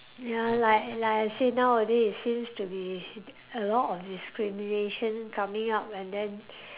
ya like like I say nowadays it seems to be a lot of discrimination coming out and then